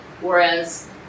Whereas